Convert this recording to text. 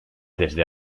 desde